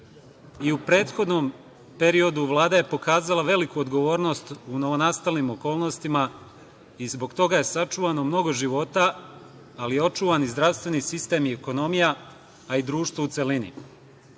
I u prethodnom periodu Vlada je pokazala veliku odgovornost u novonastalim okolnostima i zbog toga je sačuvano mnogo života, ali je očuvan i zdravstveni sistem i ekonomija, a i društvo u celini. To